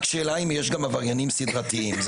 גם עבריינים סדרתיים.